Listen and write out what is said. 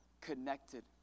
connected